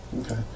Okay